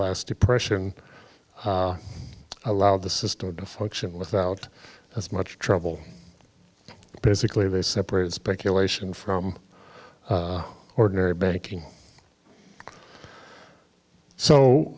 last depression allowed the system to function without as much trouble basically they separated speculation from ordinary banking